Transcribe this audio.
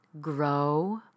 grow